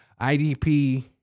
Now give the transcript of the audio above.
IDP